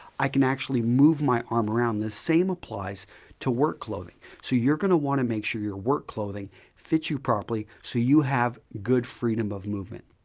i can actually move my arm around. the same applies to work clothing. so youire going to want to make sure your work clothing fits you properly so you have good freedom of movement,